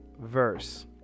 verse